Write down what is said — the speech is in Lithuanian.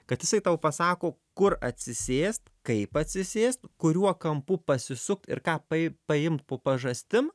kad jisai tau pasako kur atsisėst kaip atsisėst kuriuo kampu pasisukt ir ką pai paimt po pažastim